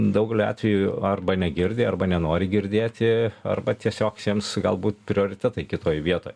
daugeliu atvejų arba negirdi arba nenori girdėti arba tiesiog jiems galbūt prioritetai kitoj vietoj